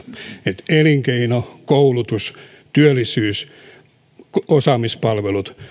että elinkeino koulutus työllisyys ja osaamispalvelut